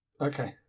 Okay